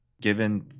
Given